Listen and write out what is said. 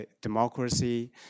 democracy